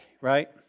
right